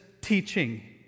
teaching